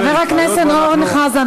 חבר הכנסת אורן חזן,